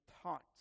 taught